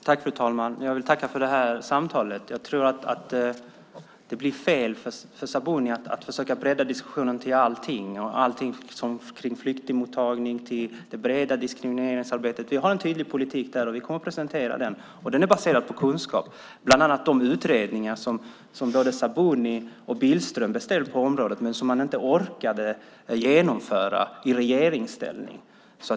Fru talman! Jag vill tacka ministern för det här samtalet. Det blir fel när Sabuni försöker bredda diskussionen till allting - allt från flyktingmottagning till det breda diskrimineringsarbetet. Vi har en tydlig politik där, och vi kommer att presentera den. Den är baserad på kunskap, bland annat på de utredningar på området som både Sabuni och Billström har bestämt men vars förslag man inte orkade genomföra i regeringsställning.